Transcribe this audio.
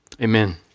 Amen